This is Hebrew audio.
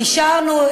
גישרנו,